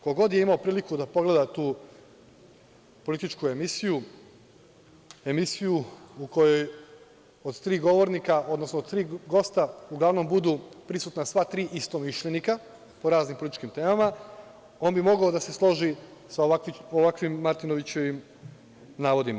Ko god je imao priliku da pogleda tu političku emisiju, emisiju u kojoj od tri gosta uglavnom budu prisutna sva tri istomišljenika, po raznim političkim temama, on bi mogao da se složi sa ovakvim Martinovićevim navodima.